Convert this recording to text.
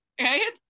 right